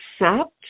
accept